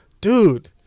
dude